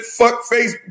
fuckface